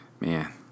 Man